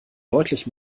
deutlich